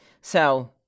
So-